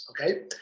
okay